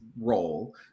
role